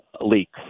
leaks